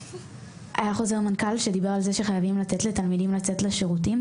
היה חוזר מנכ"ל שדיבר על זה שחייבים לתת לתלמידים לצאת לשירותים,